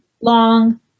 long